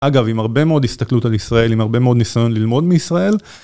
אגב, עם הרבה מאוד הסתכלות על ישראל, עם הרבה מאוד ניסיון ללמוד מישראל.